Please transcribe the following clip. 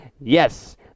Yes